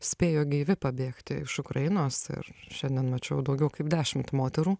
spėjo gyvi pabėgti iš ukrainos ir šiandien mačiau daugiau kaip dešimt moterų